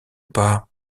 pas